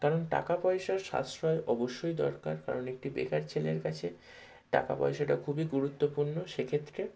কারণ টাকা পয়সার সাশ্রয় অবশ্যই দরকার কারণ একটি বেকার ছেলের কাছে টাকা পয়সাটা খুবই গুরুত্বপূর্ণ সে ক্ষেত্রে